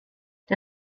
der